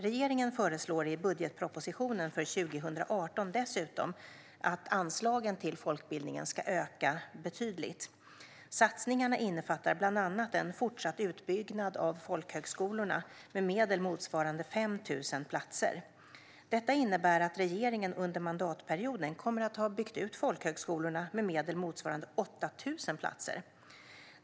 Regeringen föreslår i budgetpropositionen för 2018 dessutom att anslagen till folkbildningen ska öka betydligt. Satsningarna innefattar bland annat en fortsatt utbyggnad av folkhögskolorna med medel motsvarande 5 000 platser. Detta innebär att regeringen under mandatperioden kommer att ha byggt ut folkhögskolorna med medel motsvarande 8 000 platser.